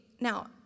now